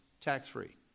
tax-free